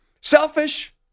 Selfish